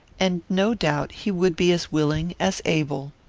and no doubt he would be as willing as able.